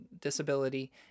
disability